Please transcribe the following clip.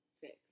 fix